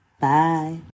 Bye